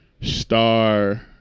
Star